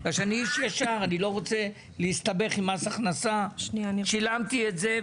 בגלל שאני איש ישר ולא רוצה להסתבך עם מס הכנסה שילמתי את זה,